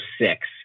six